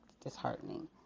disheartening